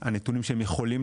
של הנתונים שהם יכולים,